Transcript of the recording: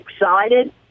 excited